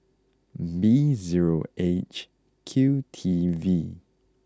B zero H Q T V